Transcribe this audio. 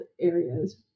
areas